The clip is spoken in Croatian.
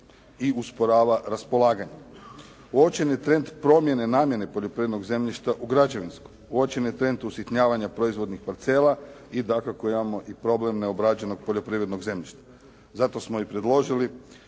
i usporava raspolaganje. Uočen je trend promjene namjene poljoprivrednog zemljišta u građevinsko. Uočen je trend usitnjavanja proizvodnih parcela i dakako imamo i problem neobrađenog poljoprivrednog zemljišta. Zato smo i predložili